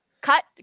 Cut